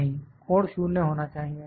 नहीं कोण 0 होना चाहिए